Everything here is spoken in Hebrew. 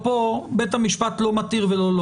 בית המשפט יחליט אם הוא מתיר או לא,